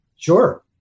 Sure